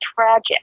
tragic